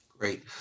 Great